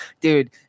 dude